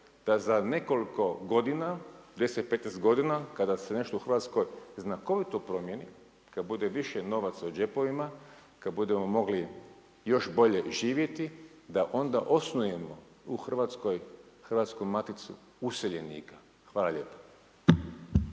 da za nekoliko godina 10, 15 godina kada se nešto u Hrvatskoj znakovito promijeni, kad bude više novaca u džepovima, kad budemo mogli još bolje živjeti, da onda osnujemo u Hrvatskoj Hrvatsku maticu useljenika. Hvala lijepo.